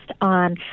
on